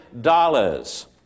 dollars